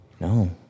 No